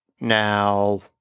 Now